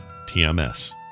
TMS